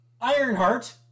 Ironheart